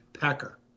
packer